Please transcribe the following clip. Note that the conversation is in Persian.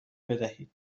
بدهید